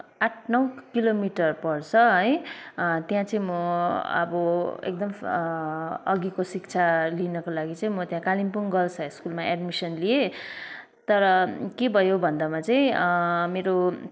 आठ नौ किलोमिटर पर्छ है त्यहाँचाहिँ म अब एकदम अघिको शिक्षा लिनको लागि चाहिँ म त्यहाँ कालिम्पोङ गर्ल्स हाई स्कुलमा एडमिसन लिएँ तर मेरो के भयो भन्दामा चाहिँ मेरो